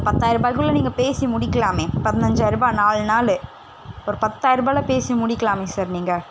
பத்தாயிருபாய்க்குள்ள நீங்கள் பேசி முடிக்கலாமே பதினஞ்சாயிருபாய் நாலு நாள் ஒரு பாத்தாயிருபாயில பேசி முடிக்கலாமே சார் நீங்கள்